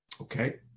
Okay